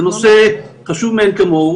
זה נושא חשוב מאין כמוהו.